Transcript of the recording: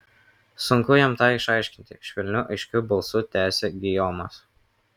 sunku jam tą išaiškinti švelniu aiškiu balsu tęsė gijomas